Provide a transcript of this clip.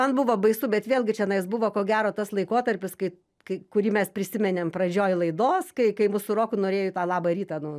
man buvo baisu bet vėlgi čionais buvo ko gero tas laikotarpis kai kai kurį mes prisiminėm pradžioj laidos kai kai mus su roku norėjo į tą labą rytą nu